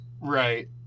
Right